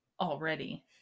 already